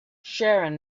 sharon